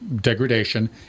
degradation